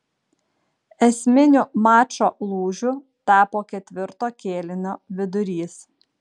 esminiu mačo lūžiu tapo ketvirto kėlinio vidurys